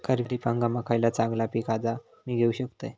खरीप हंगामाक खयला चांगला पीक हा जा मी घेऊ शकतय?